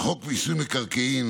הוא שבחוק מיסוי מקרקעין